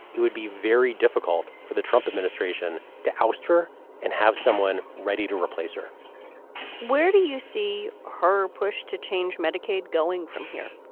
it would be very difficult for the trump administration to oust her and have someone ready to replace her where do you see her push to change medicaid going from here?